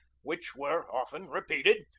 which were often repeated,